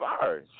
sorry